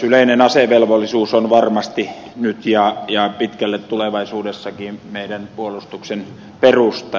yleinen asevelvollisuus on varmasti nyt ja pitkälle tulevaisuuteenkin meidän puolustuksemme perusta